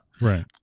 Right